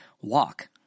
Walk